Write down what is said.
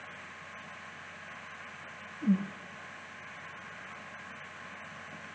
mm